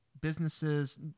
businesses